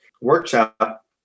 workshop